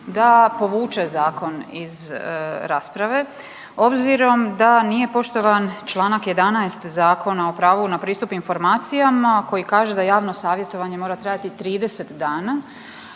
da povuče zakon iz rasprave, obzirom da nije poštovan čl. 11. Zakona o pravu na pristup informacijama koji kaže da javno savjetovanje mora trajati 30 dana,